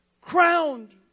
crowned